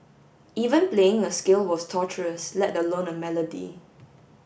even playing a scale was torturous let alone a melody